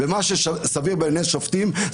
ומה שסביר בעיני שופטים,